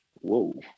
Whoa